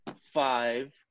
five